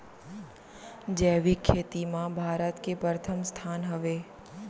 जैविक खेती मा भारत के परथम स्थान हवे